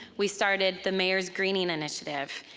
we started the mayor's greening initiative.